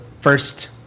first